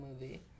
movie